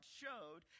showed